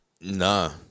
Nah